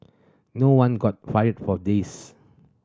no one got fired for this